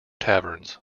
taverns